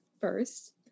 first